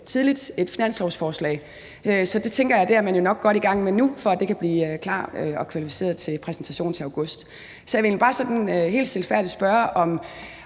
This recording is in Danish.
planlægger et finanslovsforslag tidligt, så jeg tænker, at man nok er godt i gang med det nu, for at det blive klar og kvalificeret til præsentationen i august. Så jeg vil egentlig bare sådan helt stilfærdigt spørge, om